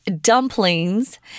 dumplings